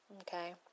okay